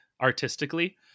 artistically